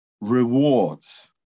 rewards